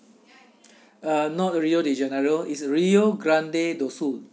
uh not rio de janeiro is rio grande do sul